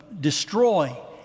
destroy